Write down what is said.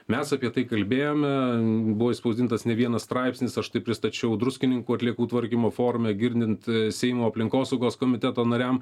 mes apie tai kalbėjome buvo išspausdintas ne vienas straipsnis aš tai pristačiau druskininkų atliekų tvarkymo forume girdint seimo aplinkosaugos komiteto nariam